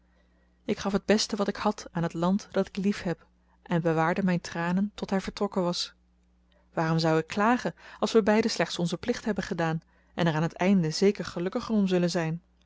ik gaf het beste wat ik had aan het land dat ik liefheb en bewaarde mijn tranen tot hij vertrokken was waarom zou ik klagen als we beiden slechts onzen plicht hebben gedaan en er aan t einde zeker gelukkiger om zullen zijn